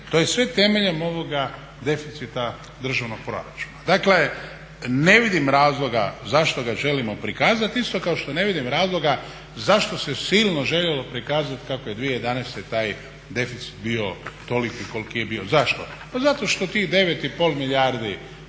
to je sve temeljem ovoga deficita državnog proračuna. Dakle, ne vidim razloga zašto ga želimo prikazati isto kao što ne vidim razloga zašto se silno željelo prikazati kako je 2011. taj deficit bio toliki koliki je bio. Zašto? Pa zato što tih 9 i pol milijardi